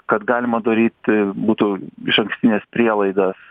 kad galima daryti būtų išankstines prielaidas